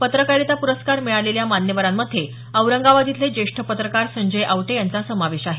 पत्रकारिता प्रस्कार मिळालेल्या मान्यवरांमध्ये औरंगाबाद इथले ज्येष्ठ पत्रकार संजय आवटे यांचा समावेश आहे